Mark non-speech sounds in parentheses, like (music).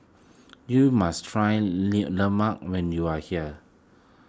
(noise) you must try Lemang (unintelligible) when you are here